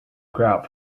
grout